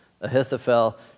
Ahithophel